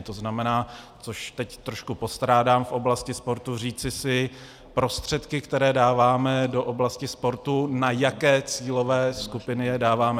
To znamená což teď trošku postrádám v oblasti sportu říci si, prostředky, které dáváme do oblasti sportu, na jaké cílové skupiny je dáváme.